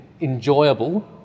enjoyable